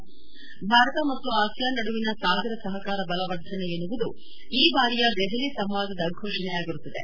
ಭಾರತ ಮತ್ತು ಆಸಿಯಾನ್ ನಡುವಿನ ಸಾಗರ ಸಹಕಾರ ಬಲವರ್ಧನೆ ಎನ್ನುವುದು ಈ ಬಾರಿಯ ದೆಹಲಿ ಸಂವಾದದ ಘೋಷಣೆಯಾಗಿರುತ್ತದೆ